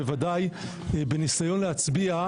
בוודאי בניסיון להצביע,